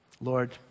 Lord